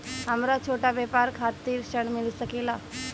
हमरा छोटा व्यापार खातिर ऋण मिल सके ला?